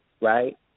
right